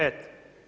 Eto.